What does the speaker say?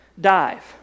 dive